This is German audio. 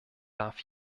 darf